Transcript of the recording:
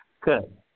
good